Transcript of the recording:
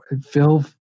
Phil